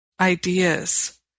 ideas